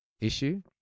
issue